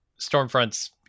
Stormfront's